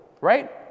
right